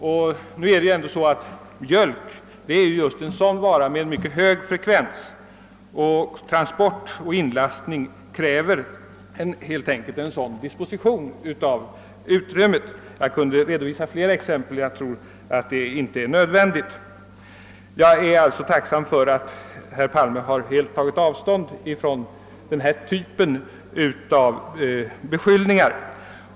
Och mjölk är ju just en sådan vara som har mycket hög frekvens, och transport och inlastning kräver helt enkelt en sådan disposition av utrymmet. Jag skulle kunna redovisa flera exempel, men jag tror inte det är nödvändigt. Jag är tacksam för att statsrådet Palme helt tagit avstånd från denna typ av beskyllningar.